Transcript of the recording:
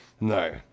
No